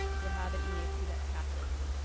you'll have an eap that passes.